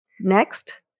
Next